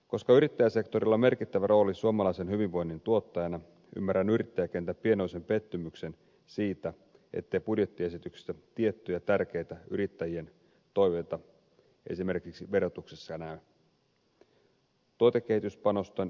koska yrittäjäsektorilla on merkittävä rooli suomalaisen hyvinvoinnin tuottajana ymmärrän yrittäjäkentän pienoisen pettymyksen siitä ettei budjettiesityksessä tiettyjä tärkeitä yrittäjien toiveita esimerkiksi verotuksesta näy